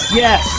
yes